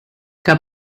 que